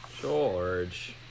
George